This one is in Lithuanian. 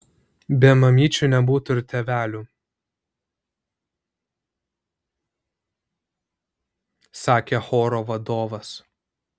be mamyčių nebūtų ir tėvelių sakė choro vadovas